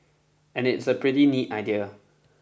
and it's a pretty neat idea